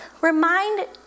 Remind